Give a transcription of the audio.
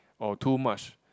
or too much